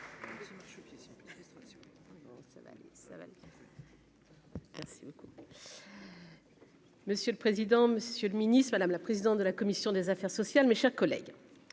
monsieur le président, Monsieur le Ministre, madame la présidente de la commission des affaires sociales, madame la